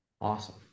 Awesome